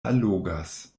allogas